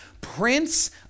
Prince